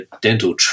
dental